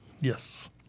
Yes